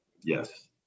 Yes